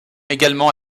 également